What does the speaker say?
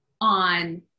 on